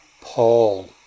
Paul